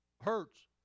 hurts